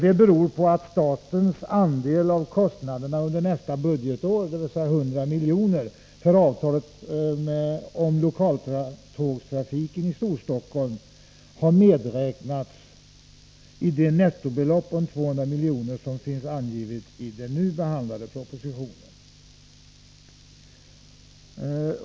Anledningen härtill är att statens andel, 100 milj.kr., av kostnaderna under nästa budgetår för avtalet om lokaltågstrafiken i Storstockholm har medräknatsi det nettobelopp om 200 milj.kr. som finns angivet i den nu behandlade propositionen.